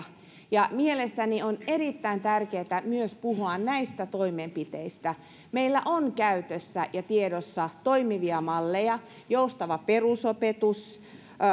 ja mielestäni on erittäin tärkeätä myös puhua näistä toimenpiteistä meillä on käytössä ja tiedossa toimivia malleja joustava perusopetus